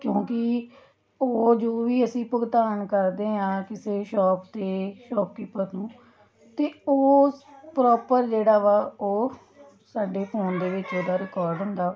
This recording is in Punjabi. ਕਿਉਂਕਿ ਉਹ ਜੋ ਵੀ ਅਸੀਂ ਭੁਗਤਾਨ ਕਰਦੇ ਹਾਂ ਕਿਸੇ ਸ਼ੋਪ 'ਤੇ ਸ਼ੋਪਕੀਪਰ ਨੂੰ ਅਤੇ ਉਸ ਪ੍ਰੋਪਰ ਜਿਹੜਾ ਵਾ ਉਹ ਸਾਡੇ ਫੋਨ ਦੇ ਵਿੱਚ ਉਹਦਾ ਰਿਕੋਡ ਹੁੰਦਾ